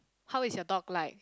how is your dog like